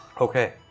Okay